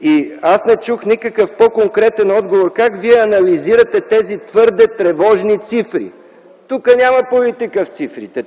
И аз не чух никакъв по-конкретен отговор как вие анализирате тези твърде тревожни цифри. В цифрите няма политика,